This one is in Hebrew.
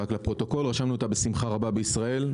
רשמנו אותה בשמחה רבה בישראל.